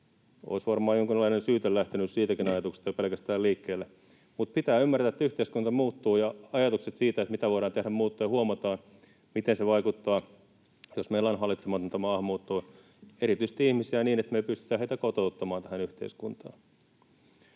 Olisi varmaan jonkinlainen syyte lähtenyt siitäkin ajatuksesta pelkästään liikkeelle. Mutta pitää ymmärtää, että yhteiskunta muuttuu ja ajatukset siitä, mitä voidaan tehdä, muuttuvat, ja huomataan, miten se vaikuttaa, jos meillä on hallitsematonta maahanmuuttoa, erityisesti ihmisiä niin, että me ei pystytä heitä kotouttamaan tähän yhteiskuntaan.